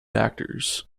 actors